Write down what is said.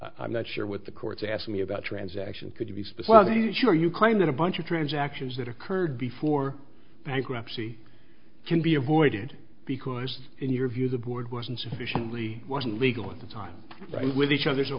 actions i'm not sure what the court's asked me about transaction could use this was your you claim that a bunch of transactions that occurred before bankruptcy can be avoided because in your view the board wasn't sufficiently wasn't legal at the time with each other so